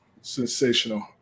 Sensational